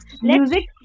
music